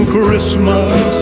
Christmas